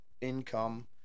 income